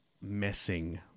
messing